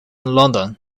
london